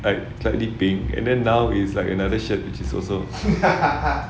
like slightly pink and then now it's like another T-shirt which is also